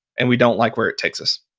and we don't like where it takes us